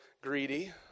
Greedy